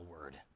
word